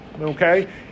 okay